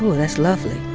that's lovely